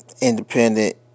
Independent